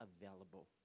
available